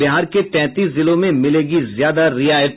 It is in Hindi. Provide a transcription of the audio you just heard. बिहार के तैंतीस जिलों में मिलेगी ज्यादा रियायत